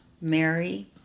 Mary